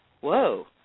whoa